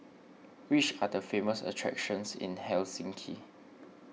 which are the famous attractions in Helsinki